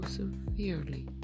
severely